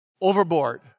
overboard